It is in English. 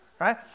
right